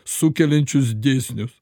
sukeliančius dėsnius